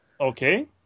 okay